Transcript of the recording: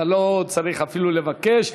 אתה לא צריך אפילו לבקש.